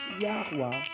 Yahweh